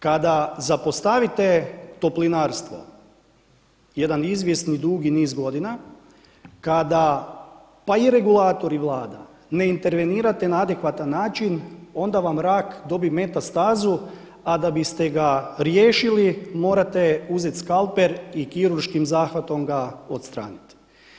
Kada zapostavite toplinarstvo jedan izvjesni dugi niz godina, kada pa i regulator i Vlada ne intervenirate na adekvatan način onda vam rak dobi metastazu, a da biste ga riješili morate uzeti skalpel i kirurškim zahvatom ga odstraniti.